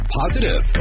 positive